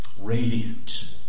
radiant